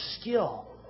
skill